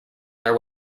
their